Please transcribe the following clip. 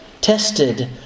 tested